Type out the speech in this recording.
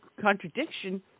contradiction